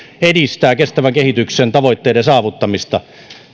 edistää kestävän kehityksen tavoitteiden saavuttamista